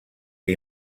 que